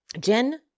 Jen